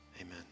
Amen